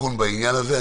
עדכון בעניין הזה.